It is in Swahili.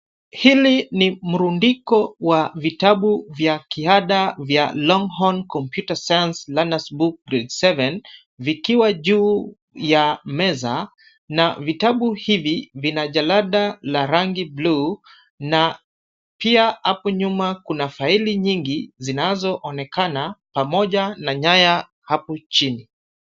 Hili ni mrundiko wa vitabu vya kiada vya Longhorn Computer Science Learner's Book Grade 7 , vikiwa juu ya meza na vitabu hivi vina jalada la rangi bluu na pia hapo nyuma kuna faili nyingi zinazoonekana pamoja na nyaya hapo chini.